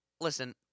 Listen